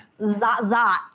Zot